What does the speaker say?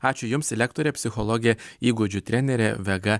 ačiū jums lektorė psichologė įgūdžių trenerė vega